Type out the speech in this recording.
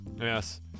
yes